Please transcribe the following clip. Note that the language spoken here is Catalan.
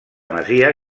masia